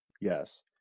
Yes